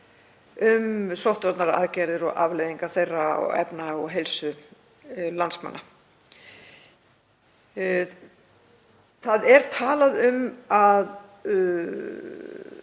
um sóttvarnaaðgerðir og afleiðingar þeirra fyrir efnahag og heilsu landsmanna. Það er talað um